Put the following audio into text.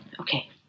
Okay